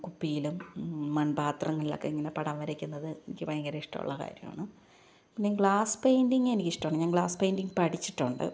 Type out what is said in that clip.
കുപ്പിയിലും മണ്പാത്രങ്ങളിലും ഒക്കെ ഇങ്ങനെ വരയ്ക്കുന്നത് എനിക്ക് ഭയങ്കര ഇഷ്ടമുള്ള കാര്യമാണ് ഇനി ഗ്ലാസ് പെയിൻറിംഗ് എനിക്ക് ഇഷ്ടമാണ് ഞാന് ഗ്ലാസ് പെയിൻറിംഗ് പഠിച്ചിട്ടുണ്ട്